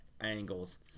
angles